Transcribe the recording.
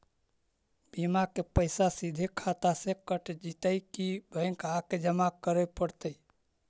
बिमा के पैसा सिधे खाता से कट जितै कि बैंक आके जमा करे पड़तै?